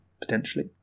potentially